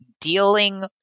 dealing